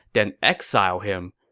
then exile him.